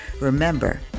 remember